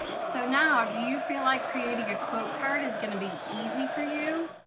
so now, do you feel like creating a quote card is going to be easy for you?